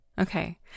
Okay